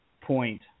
point